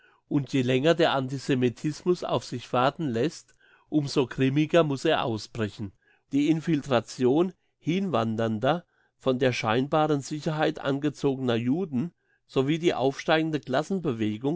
und je länger der antisemitismus auf sich warten lässt umso grimmiger muss er ausbrechen die infiltration hinwandernder von der scheinbaren sicherheit angezogener juden sowie die aufsteigende